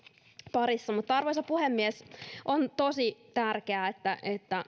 parissa arvoisa puhemies on tosi tärkeää että